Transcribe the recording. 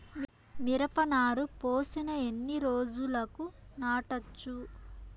మిరప నారు పోసిన ఎన్ని రోజులకు నాటచ్చు?